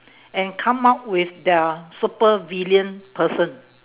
and come up with their supervillain person